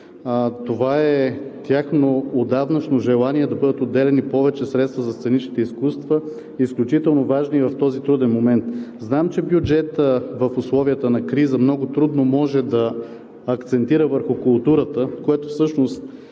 Това е тяхно отдавнашно желание – да бъдат отделяни повече средства за сценичните изкуства, изключително важни в този труден момент. Знам, че бюджетът в условията на криза много трудно може да акцентира върху културата, което всъщност